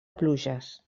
pluges